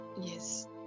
Yes